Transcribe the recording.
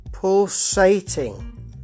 pulsating